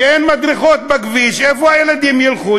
כשאין מדרכות בכביש, איפה הילדים ילכו?